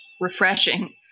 refreshing